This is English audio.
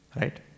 right